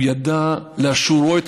הוא ידע את מצבו לאשורו.